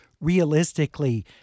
realistically